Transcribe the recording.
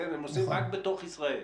הם נוסעים רק בתוך ישראל.